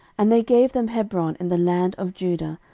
and they gave them hebron in the land of judah,